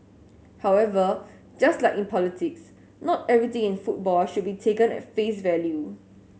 however just like in politics not everything in football should be taken at face value